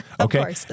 Okay